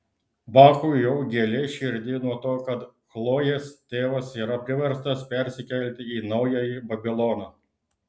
bakui jau gėlė širdį nuo to kad chlojės tėvas yra priverstas persikelti į naująjį babiloną